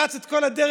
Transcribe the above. רץ את כל הדרך,